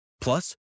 Plus